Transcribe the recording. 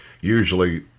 Usually